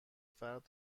فرد